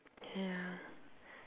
ya